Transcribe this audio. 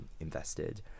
invested